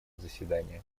заседания